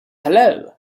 hello